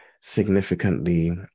Significantly